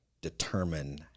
determine